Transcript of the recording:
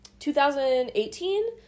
2018